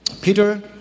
Peter